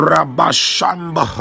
Rabashamba